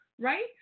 right